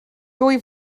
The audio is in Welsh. dwy